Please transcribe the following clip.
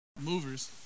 Movers